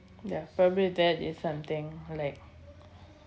ya probably that is something like